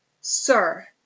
Sir